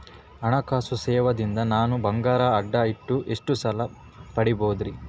ಹಣಕಾಸು ಸೇವಾ ದಿಂದ ನನ್ ಬಂಗಾರ ಅಡಾ ಇಟ್ಟು ಎಷ್ಟ ಸಾಲ ಪಡಿಬೋದರಿ?